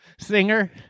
Singer